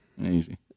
Easy